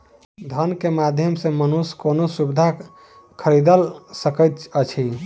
धन के माध्यम सॅ मनुष्य कोनो सुविधा खरीदल सकैत अछि